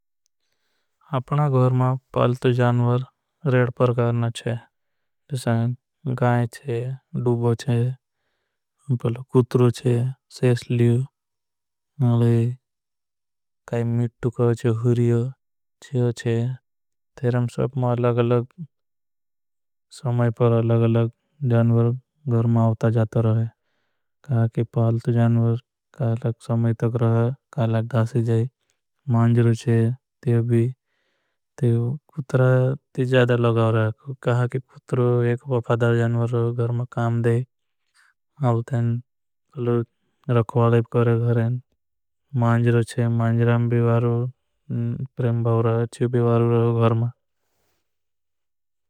अपना घौर मा पालतो जानवर रेड़ परकार ना छे गाए छे। डूबो छे कुत्रो छे सेशलियो अले। काई मीट्टु कव छे हुरियो चेहो छे। सब मा अलग अलग समय पर अलग अलग जानवर घौर। मा आउता जाता रहे कि पालतो जानवर काई लग समय। तक रहे काई लग घासे जाए मांजरो छे ते भी ते कुत्रो ती। ज़्यादर लगाव रहे कि कुतरो एक वफादार जानवर छे। आर घरा मां काम देवें रखवाली करे घरान छे राउता। मानजरे छै मंजरें भी गहरे प्रेम भाव भी रहे घर म।